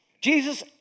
Jesus